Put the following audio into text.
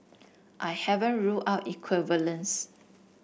I haven't ruled out equivalence